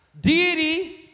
deity